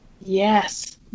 Yes